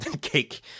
cake